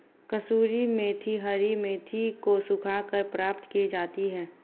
कसूरी मेथी हरी मेथी को सुखाकर प्राप्त की जाती है